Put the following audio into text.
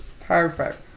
Perfect